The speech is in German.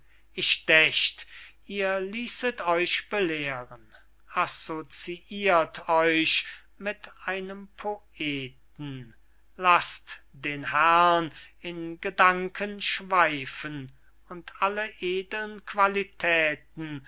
ich dächt ihr ließet euch belehren associirt euch mit einem poeten laßt den herrn in gedanken schweifen und alle edlen qualitäten